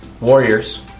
warriors